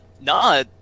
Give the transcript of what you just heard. Nah